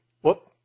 Whoop